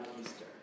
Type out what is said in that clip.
Easter